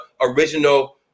original